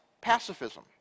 pacifism